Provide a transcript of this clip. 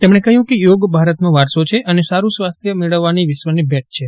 તેમજ્ઞે કહયું કે યોગ ભારતનો વારસો છે અને સારૂ સ્વાસ્થ્ય મેળવવાની વિશ્વને ભેટ છે